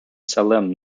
salem